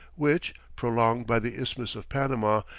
which, prolonged by the isthmus of panama,